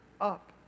up